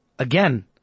Again